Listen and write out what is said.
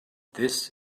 this